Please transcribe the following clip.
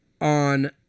on